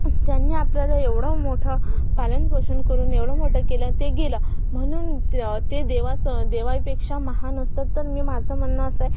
त्यांनी आपल्याला एवढं मोठं पालनपोषण करून एवढं मोठं केलं ते गेलं म्हणून तं ते देवास देवाहीपेक्षा महान असतात तर मी माझं म्हणणं असं आहे